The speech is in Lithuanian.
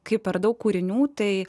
kai per daug kūrinių tai